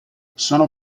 sono